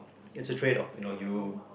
it's a trade off you know you